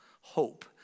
hope